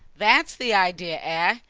that's the idea, ah?